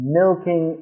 milking